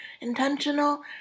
intentional